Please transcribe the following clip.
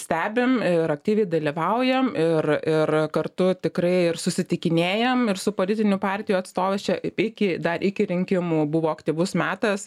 stebim ir aktyviai dalyvaujam ir ir kartu tikrai susitikinėjam ir su politinių partijų atstovais čia iki dar iki rinkimų buvo aktyvus metas